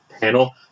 panel